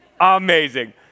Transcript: Amazing